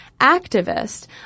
activist